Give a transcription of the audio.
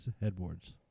headboards